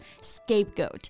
scapegoat